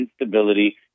instability